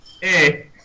Hey